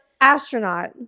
astronaut